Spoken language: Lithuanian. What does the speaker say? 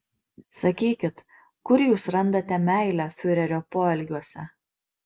sakykit kur jūs randate meilę fiurerio poelgiuose